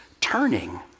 turning